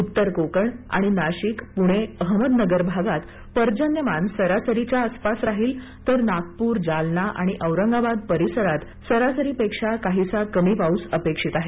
उत्तर कोकण आणि नाशिक पुणे अहमदनगर भागात पर्जन्यमान सरासरीच्या आसपास राहील तर नागपूर जालना आणि औरंगाबाद परिसारात सरासरीपेक्षा काहीसा कमी पाऊस अपेक्षित आहे